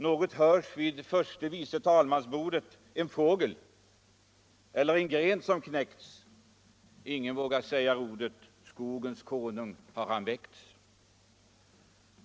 Något hörs vid förstevicetalmansbordet en fågel eller en gren som knäckts Ingen vågar säga ordet Skogens konung, har han väckts?